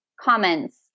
comments